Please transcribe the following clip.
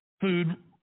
Food